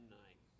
night